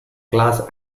class